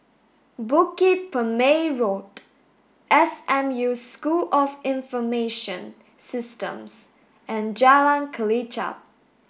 Bukit Purmei Road S M U School of Information Systems and Jalan Kelichap